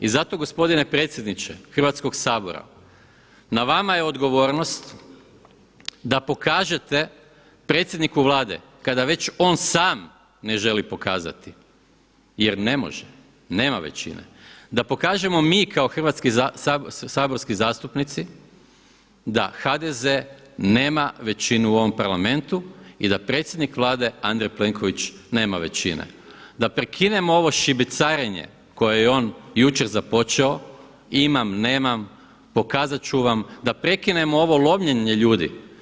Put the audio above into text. I zato gospodine predsjedniče Hrvatskog sabora na vama je odgovornost da pokažete predsjedniku Vlade kada već on sam ne želi pokazati jer ne može, nema većine, da pokažemo mi kao saborski zastupnici da HDZ nema većinu u ovom Parlamentu i da predsjednik Vlade Andrej Plenković nema većine, da prekinemo ovo šibicarenje koje je on jučer započeo, imam, nema, pokazat ću vam, da prekinemo ovo lomljenje ljudi.